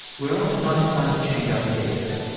we're often not inclined to change our behavior